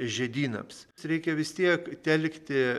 žiedynams reikia vis tiek telkti